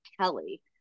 Kelly